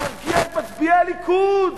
להרגיע את מצביעי הליכוד.